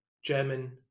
german